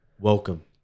welcome